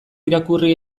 irakurri